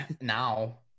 Now